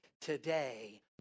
today